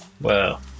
Wow